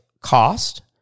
cost